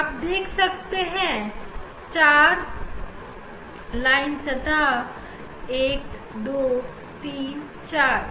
आप देख सकते हैं यह 4 लाइन सतह के चार लाइन 1 2 3 4